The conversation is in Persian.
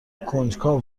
کنجکاو